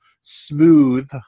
smooth